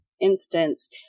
instance